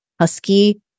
husky